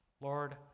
Lord